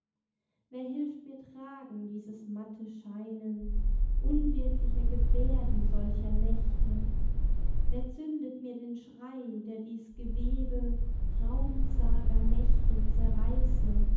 wer hilft mir tragen dieses matte scheinen unwirklicher gebärden solcher nächte wer zündet mir den schrei der dies gewebe traumzager mächte zerreiße